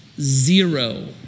zero